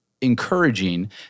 encouraging